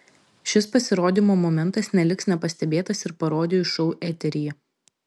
šis pasirodymo momentas neliks nepastebėtas ir parodijų šou eteryje